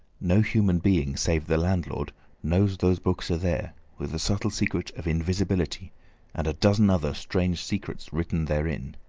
no human being save the landlord knows those books are there, with the subtle secret of invisibility and a dozen other strange secrets written therein.